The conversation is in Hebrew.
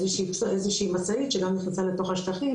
איזושהי משאית שגם נכנסה לתוך השטחים,